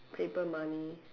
paper money